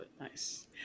Nice